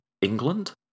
England